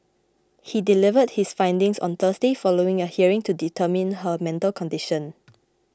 he delivered his findings on Thursday following a hearing to determine her mental condition